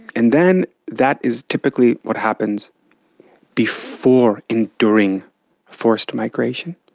and then that is typically what happens before and during forced migration.